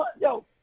Yo